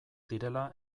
direla